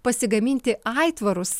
pasigaminti aitvarus